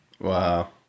Wow